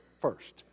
first